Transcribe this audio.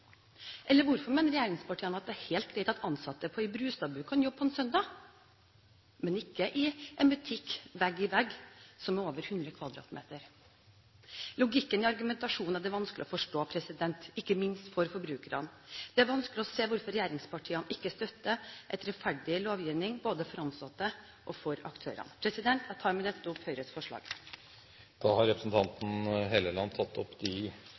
Eller hvorfor mener regjeringspartiene at det er helt greit at ansatte i en Brustad-bu kan jobbe på en søndag – men ikke i en butikk vegg-i-vegg som er på over 100 m2? Logikken i denne argumentasjonen er det vanskelig å forstå, ikke minst for forbrukerne. Det er vanskelig å se hvorfor regjeringspartiene ikke støtter en rettferdig lovgivning både for ansatte og for aktører. Jeg tar med dette opp det forslaget Høyre er sammen med Fremskrittspartiet om. Da har representanten Linda C. Hofstad Helleland tatt opp